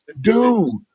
dude